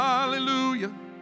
Hallelujah